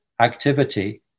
activity